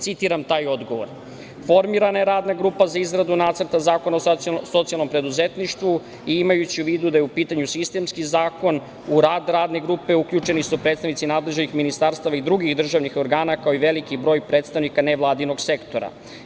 Citiram taj odgovor: „Formirana je Radna grupa za izradu nacrta zakona o socijalnom preduzetništvu i imajući u vidu da je u pitanju sistemski zakon, u rad Radne grupe uključeni su predstavnici nadležnih ministarstava i drugih državnih organa, kao i veliki broj predstavnika nevladinog sektora.